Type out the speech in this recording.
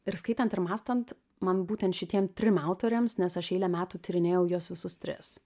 ir skaitant ir mąstant man būtent šitiem trim autoriams nes aš eilę metų tyrinėjau juos visus tris